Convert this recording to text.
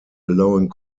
allowing